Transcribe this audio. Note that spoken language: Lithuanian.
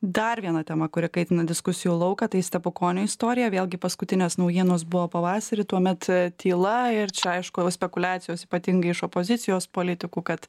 dar viena tema kuri kaitina diskusijų lauką tai stepukonio istorija vėlgi paskutinės naujienos buvo pavasarį tuomet tyla ir čia aišku jau spekuliacijos ypatingai iš opozicijos politikų kad